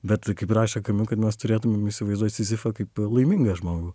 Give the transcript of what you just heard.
bet kaip rašė kad mes turėtumėm įsivaizduot sizifą kaip laimingą žmogų